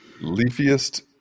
Leafiest